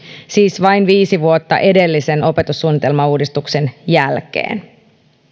siis vain viisi vuotta edellisen opetussuunnitelmauudistuksen jälkeen